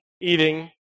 eating